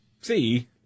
see